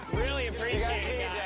really appreciate